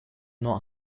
not